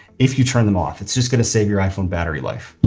if you turn them off. it's just going to save your iphone battery life.